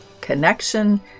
connection